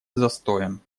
застоем